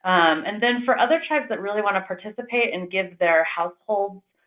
and then for other tribes that really want to participate and give their households